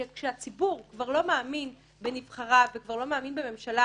כי כשהציבור כבר לא מאמין בנבחריו וכבר לא מאמין בממשלה